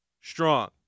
strong